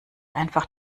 einfach